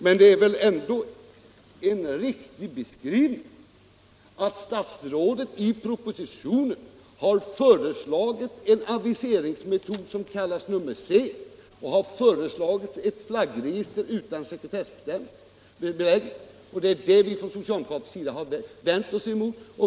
Men det är väl ändå en riktig beskrivning att statsrådet i propositionen har föreslagit en aviseringsmetod, alternativet C, och ett flaggregister utan sekretessbeläggning, och det är det vi från socialdemokratisk sida har vänt oss emot.